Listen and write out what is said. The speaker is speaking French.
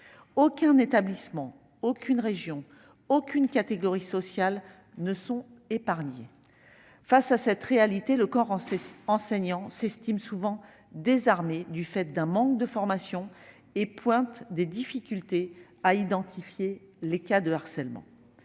Aucun établissement, aucune région, aucune catégorie sociale ne sont épargnés. Face à cette réalité, le corps enseignant s'estime souvent désarmé, du fait d'un manque de formation, et souligne des difficultés à identifier les cas de harcèlement.